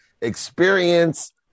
experience